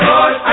Lord